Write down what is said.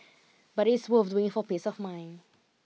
but it is worth doing for peace of mind